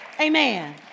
Amen